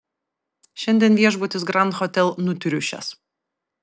šiandien viešbutis grand hotel nutriušęs